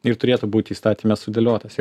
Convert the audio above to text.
ir turėtų būti įstatyme sudėliotas ir